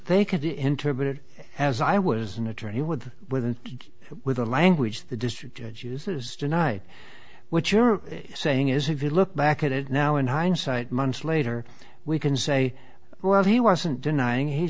they could interpret it as i was an attorney with with and with the language the district judge uses tonight what you're saying is if you look back at it now in hindsight months later we can say well he wasn't denying he